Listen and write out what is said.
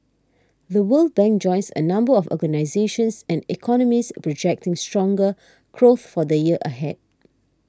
The World Bank joins a number of organisations and economists projecting stronger growth for the year ahead